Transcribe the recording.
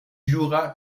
jouera